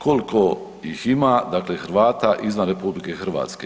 Kolko ih ima, dakle Hrvata izvan RH?